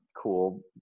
cool